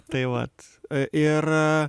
tai vat ir